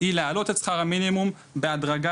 היא להעלות את שכר המינימום בהדרגה,